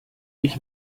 ich